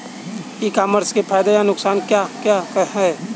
ई commerce के फायदे या नुकसान क्या क्या हैं?